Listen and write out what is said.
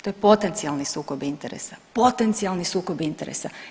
To je potencijali sukob interesa, potencijalni sukob interesa.